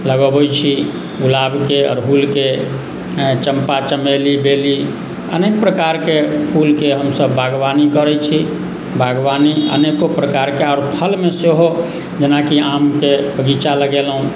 लगबैत छी गुलाबके अड़हुलके चम्पा चमेली बेली अनेक प्रकारके फूलके हमसभ बागवानी करैत छी बागवानी अनेको प्रकारके आओर फलमे सेहो जेनाकि आमके बगीचा लगेलहुँ